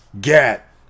get